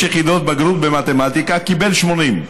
יחידות בגרות במתמטיקה וקיבל 80,